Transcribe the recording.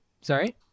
Sorry